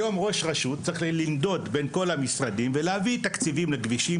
היום ראש רשות צריך לנדוד בין כל המשרדים ולהביא תקציבים לכבישים,